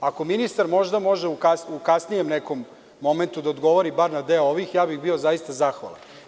Ako ministar možda može u kasnijem nekom momentu da odgovori bar na deo ovih, ja bih bio zaista zahvalan.